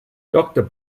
doctor